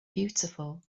beautiful